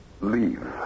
leave